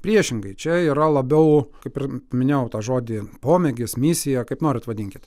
priešingai čia yra labiau kaip ir minėjau tą žodį pomėgis misija kaip norit vadinkit